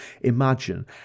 imagine